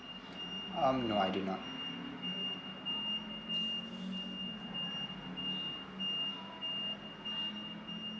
um no I do not